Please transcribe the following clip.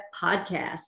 Podcast